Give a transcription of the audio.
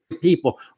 people